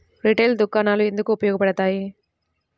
Retail దుకాణాలు ఎందుకు ఉపయోగ పడతాయి?